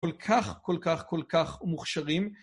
כל כך, כל כך, כל כך מוכשרים.